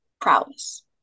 prowess